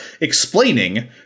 explaining